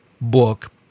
book